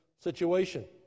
Situation